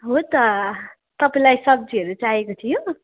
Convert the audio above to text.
हो त तपाईँलाई सब्जीहरू चाहिएको थियो